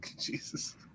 Jesus